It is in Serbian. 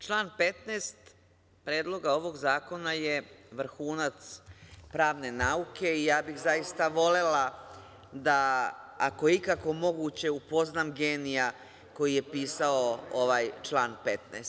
Član 15. predloga ovog zakona je vrhunac pravne nauke i ja bih zaista volela da ako je ikako moguće, upoznam genija koji je pisao ovaj član 15.